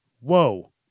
Whoa